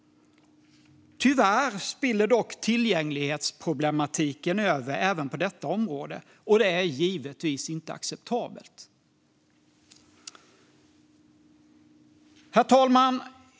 Tyvärr spiller tillgänglighetsproblematiken över även på detta område, och det är givetvis inte acceptabelt. Herr talman!